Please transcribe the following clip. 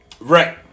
Right